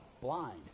Blind